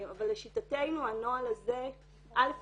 אבל לשיטתנו הנוהל הזה א.